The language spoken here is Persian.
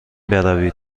بروید